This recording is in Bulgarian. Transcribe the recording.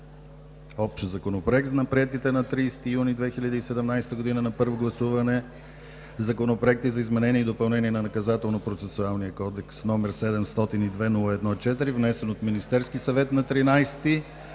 (Общ законопроект за приетите на 30 юни 2017 г. на първо гласуване законопроекти за изменение и допълнение на Наказателно процесуалния кодекс, № 702-01-4, внесен от Министерския съвет на 13